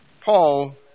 Paul